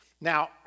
now